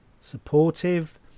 supportive